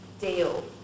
deal